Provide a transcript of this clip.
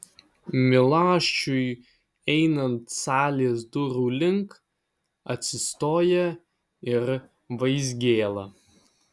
milašiui einant salės durų link atsistoja ir vaizgėla